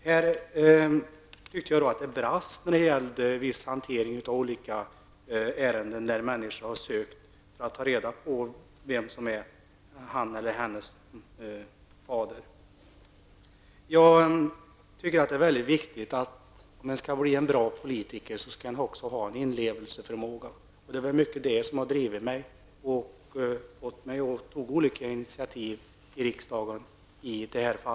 Här tyckte jag att det brast när det gällde viss hantering av olika ärenden när människor försökt ta reda på vem som är hans resp. hennes fader. Om man skall bli en bra politiker är det väldigt viktigt att man också har en inlevelseförmåga. Det är denna inlevelseförmåga som har drivit mig och fått mig att ta olika initiativ i riksdagen när det gäller den här frågan.